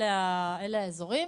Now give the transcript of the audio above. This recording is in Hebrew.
אלה האזורים.